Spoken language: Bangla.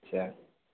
আচ্ছা